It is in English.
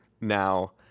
Now